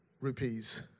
rupees